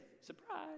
Surprise